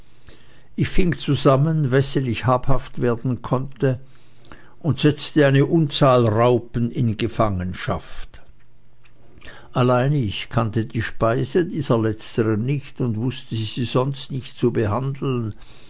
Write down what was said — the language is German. ich fing zusammen wessen ich habhaft werden konnte und setzte eine unzahl raupen in gefangenschaft allein ich kannte die speise dieser letzteren nicht und wußte sie sonst nicht zu behandeln